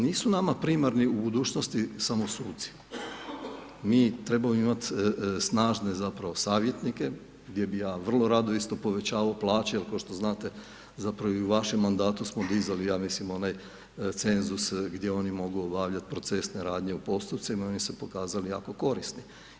Nisu nama primarni u budućnosti samo suci, mi trebamo imati snažne zapravo savjetnike gdje bih ja vrlo rado isto povećavao plaće jer kao što znate zapravo i u vešem mandatu smo dizali ja mislim onaj cenzus gdje oni mogu obavljati procesne radnje u postupcima i oni su se pokazali jako korisni.